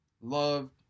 love